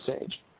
age